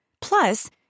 Plus